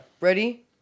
Ready